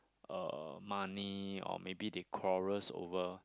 uh money or maybe they quarrels over